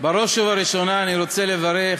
בראש ובראשונה אני רוצה לברך